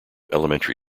elementary